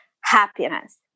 happiness